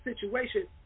situation